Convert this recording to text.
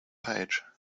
page